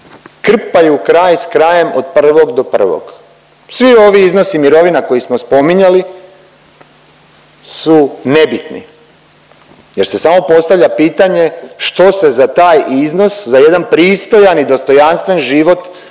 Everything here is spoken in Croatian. krpaju kraj s krajem od 1. do 1. Svi ovi iznosi mirovina koje smo spominjali su nebitni jer se samo postavlja pitanje što se za taj iznos, za jedan pristojan i dostojanstven život u